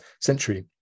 century